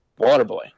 Waterboy